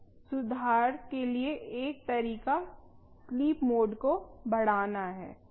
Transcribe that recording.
सुधार के लिए एक तरीका स्लीप मोड को बढ़ाना हैं